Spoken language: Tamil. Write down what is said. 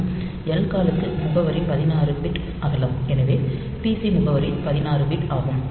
மற்றும் lcall க்கு முகவரி 16 பிட் அகலம் எனவே பிசி முகவரி 16 பிட் ஆகும்